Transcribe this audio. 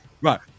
Right